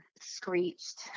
screeched